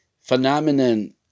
phenomenon